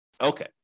Okay